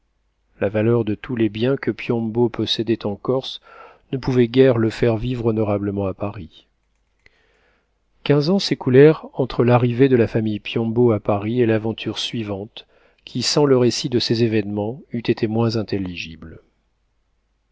la valeur de tous les biens que piombo possédait en corse ne pouvait guère le faire vivre honorablement à paris quinze ans s'écoulèrent entre l'arrivée de la famille piombo à paris et l'aventure suivante qui sans le récit de ces événements eût été moins intelligible